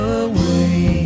away